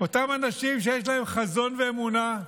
אותם אנשים שיש להם חזון ואמונה,